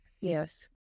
Yes